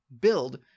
build